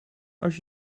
als